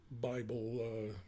Bible